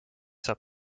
saab